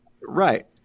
Right